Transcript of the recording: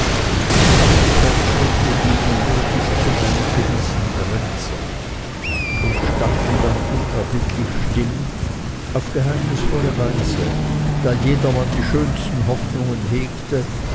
aber die fortschritte gingen nur bis zu einer gewissen grenze und standen dann unerbittlich still auf geheimnisvolle weise da jedermann die schönsten hoffnungen hegte